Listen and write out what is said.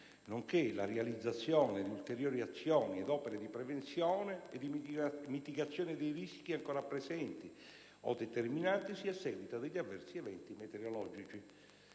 nonché la realizzazione di ulteriori azioni ed opere di prevenzione e di mitigazione dei rischi ancora presenti o determinatisi a seguito degli avversi eventi meteorologici.